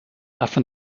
afin